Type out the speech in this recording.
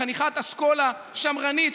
חניכת אסכולה שמרנית,